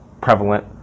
prevalent